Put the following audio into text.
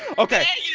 okay,